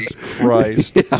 Christ